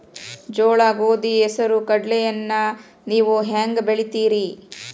ಜೋಳ, ಗೋಧಿ, ಹೆಸರು, ಕಡ್ಲಿಯನ್ನ ನೇವು ಹೆಂಗ್ ಬೆಳಿತಿರಿ?